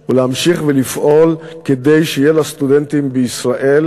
היא להמשיך ולפעול כדי שיהיה לסטודנטים בישראל